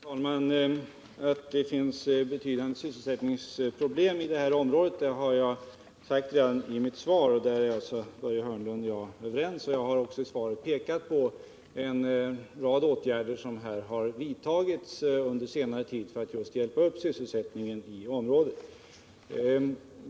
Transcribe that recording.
Herr talman! Att det finns betydande sysselsättningsproblem i detta område har jag sagt redan i mitt svar. Därom är alltså Börje Hörnlund och jag överens. Jag har också i svaret pekat på en rad åtgärder som har vidtagits under senare tid för att just hjälpa upp sysselsättningen i området.